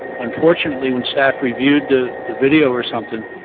unfortunately when staff reviewed the the video or something,